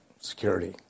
Security